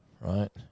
right